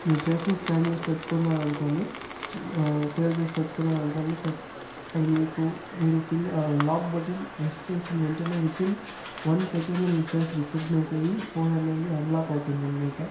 మీ ఫేస్ని స్క్యాన్ చేసి పెట్టుకున్నారనుకోండి సేవ్ చేసుకొని పెట్టుకున్నారనుకోండి క అది మీకు మీరు ఫింగ్ లాక్ బటన్ ప్రెస్ చేసిన వెంటనే విత్ ఇన్ వన్ సెకన్లో మీ ఫేస్ రికగ్నైస్ అయ్యి ఫోన్ అనేది అన్లాక్ అవుతుందనమాట